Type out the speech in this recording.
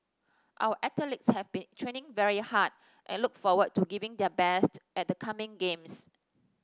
our athletes have been training very hard and look forward to giving their best at the coming games